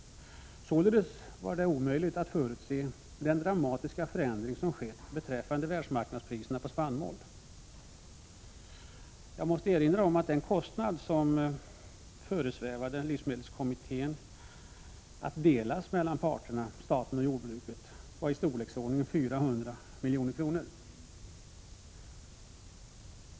Således var det omöjligt att förutse den dramatiska förändring som skett beträffande världsmarknadspriserna på spannmål. Jag måste erinra om att den kostnad som det föresvävade livsmedelskommittén att dela mellan parterna, staten och jordbruket, var i storleksordningen 400 milj.kr.